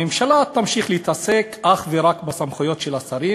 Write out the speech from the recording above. הממשלה תמשיך להתעסק אך ורק בסמכויות של השרים,